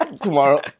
Tomorrow